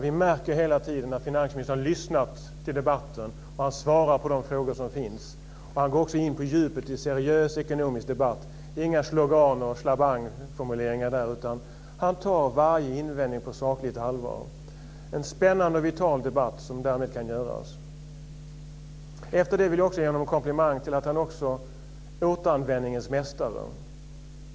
Vi märker hela tiden att finansministern har lyssnat till debatten och svarar på de frågor som finns. Han går också in på djupet i en seriös ekonomisk debatt, inga slogan eller slabangformuleringar där, utan han tar varje invändning på sakligt allvar. En spännande och vital debatt kan därmed föras. Efter det vill jag också ge honom en komplimang till att han också är återanvändningens mästare.